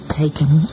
taken